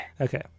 Okay